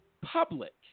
public